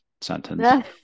sentence